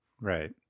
Right